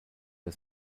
der